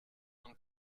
und